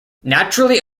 naturally